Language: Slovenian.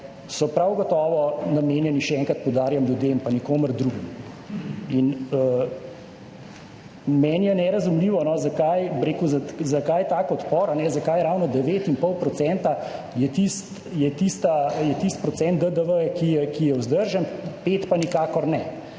so prav gotovo namenjeni, še enkrat poudarjam, ljudem pa nikomur drugemu. Meni je nerazumljivo, zakaj tak odpor, zakaj je ravno 9,5 % tisti procent DDV, ki je vzdržen, 5 % pa nikakor ne.